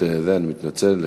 אני מתנצל.